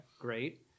great